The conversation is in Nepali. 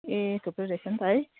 ए थुप्रै रहेछ है